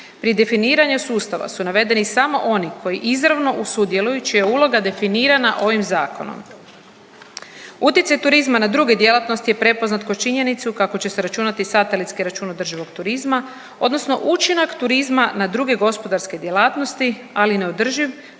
pri definiranju sustava su navedeni samo oni koji izravno u sudjeluju čija je uloga definirana ovim Zakonom. Utjecaj turizam na druge djelatnosti je prepoznat kroz činjenicu kako će se računati satelitski račun održivog turizma, odnosno učinak turizma na druge gospodarske djelatnosti, ali na održiv